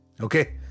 Okay